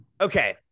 okay